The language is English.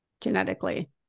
genetically